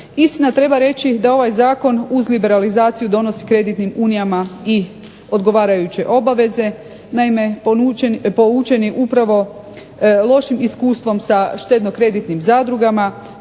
Istina, treba reći da ovaj zakon uz liberalizaciju donosi kreditnim unijama i odgovarajuće obaveze. Naime, poučeni upravo lošim iskustvom sa štedno-kreditnim zadrugama